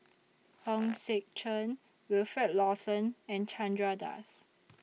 Hong Sek Chern Wilfed Lawson and Chandra Das